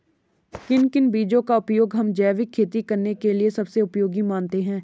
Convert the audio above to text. किन किन बीजों का उपयोग हम जैविक खेती करने के लिए सबसे उपयोगी मानते हैं?